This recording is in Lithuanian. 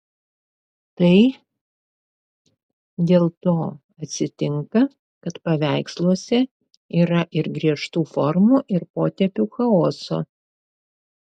tai dėl to atsitinka kad paveiksluose yra ir griežtų formų ir potėpių chaoso